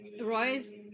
Roy's